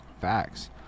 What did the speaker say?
Facts